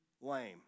lame